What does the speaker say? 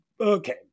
Okay